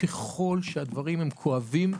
ככל שהדברים הם כואבים ומחויבים,